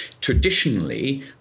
Traditionally